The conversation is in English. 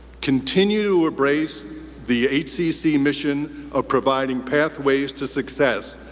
continue to embrace the hcc mission of providing pathways to success,